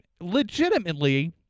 Legitimately